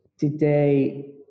Today